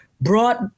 brought